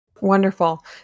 Wonderful